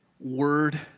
word